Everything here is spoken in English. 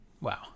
Wow